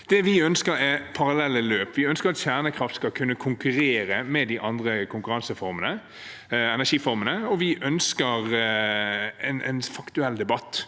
vi ønsker, er parallelle løp. Vi ønsker at kjernekraft skal kunne konkurrere med de andre energiformene, og vi ønsker en faktuell debatt.